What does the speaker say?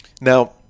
now